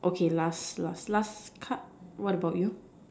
okay last last last part what about you